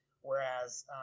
whereas